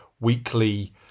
weekly